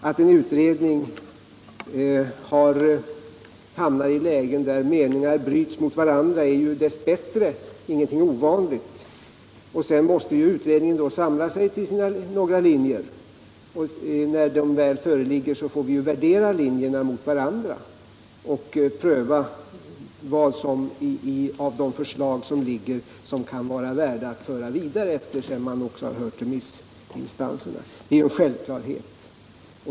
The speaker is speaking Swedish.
Att en utredning hamnar i ett läge där meningarna bryts mot varandra är dess bättre ingenting ovanligt. Sedan måste utredningen samla sig 137 till förslag om riktlinjer. När dessa föreligger får vi värdera dem mot varandra och pröva vilka förslag som kan vara värda att föra vidare, sedan vi också hört remissinstanserna. Det är en självklarhet.